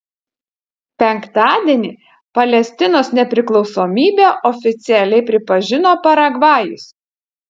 penktadienį palestinos nepriklausomybę oficialiai pripažino paragvajus